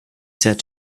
said